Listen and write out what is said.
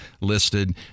listed